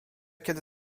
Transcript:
kiedy